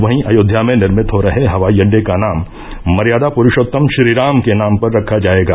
वहीं अयोध्या में निर्मित हो रहे हवाई अड्डे का नाम मर्यादा पुरूषोत्तम श्रीराम के नाम पर रखा जाएगा